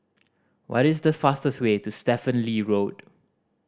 what is the fastest way to Stephen Lee Road